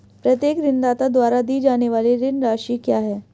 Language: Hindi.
प्रत्येक ऋणदाता द्वारा दी जाने वाली ऋण राशि क्या है?